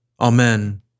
Amen